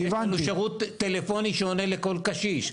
שירות טלפוני שעונה לכל קשיש.